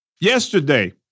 Yesterday